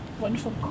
wonderful